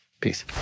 Peace